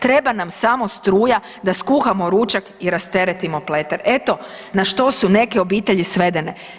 Treba nam samo struja da skuhamo ručak i rasteretimo Pleter.“ Eto na što su neke obitelji svedene.